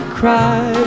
cry